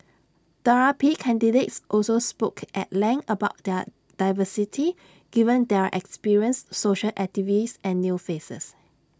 the R P candidates also spoke at length about their diversity given there are experienced social activists and new faces